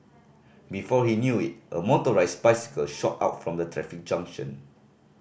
before he knew it a motorised bicycle shot out from the traffic junction